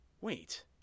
Wait